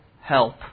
help